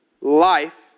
life